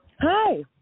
Hi